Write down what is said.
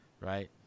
right